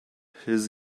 his